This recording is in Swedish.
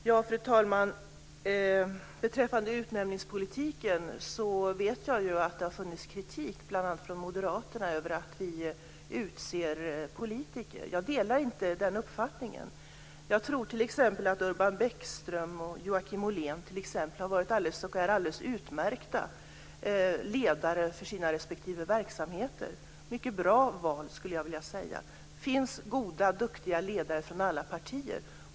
Fru talman! Beträffande utnämningspolitiken vet jag att det har funnits kritik från bl.a. Moderaterna över att vi utser politiker. Jag delar inte den uppfattningen. Jag tror t.ex. att Urban Bäckström och Joakim Ollén har varit och är alldeles utmärkta ledare för sina respektive verksamheter. Jag skulle vilja säga att de är ett mycket bra val. Det finns goda duktiga ledare från alla partier.